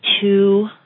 two